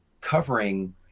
covering